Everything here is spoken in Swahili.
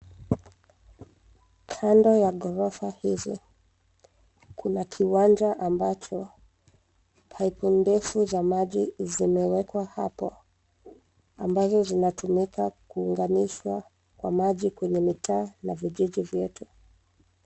Kando ya ghorofa hizi, kuna kiwanja ambacho, paipu ndogo za maji zimewekwa hapo, ambazo zinatumika kuunganishwa kwa maji kwenye mitaa, na vijiji vyetu.